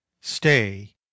stay